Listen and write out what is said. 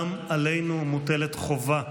גם עלינו מוטלת חובה